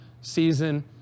season